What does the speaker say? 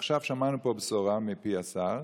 ועכשיו שמענו פה בשורה מפי השר,